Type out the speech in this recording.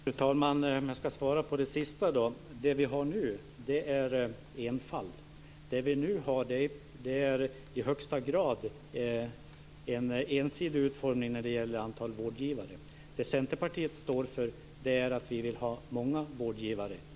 Fru talman! Låt mig svara på det som nämndes sist. Det som man nu har är enfald. Man har i högsta grad en ensidighet vad avser vårdgivare. Centerpartiet vill ha många vårdgivare.